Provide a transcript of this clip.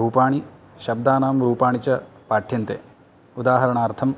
रूपाणि शब्दानां रूपाणि च पाठ्यन्ते उदाहरणार्थं